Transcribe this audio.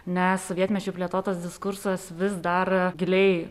nes sovietmečiu plėtotas diskursas vis dar giliai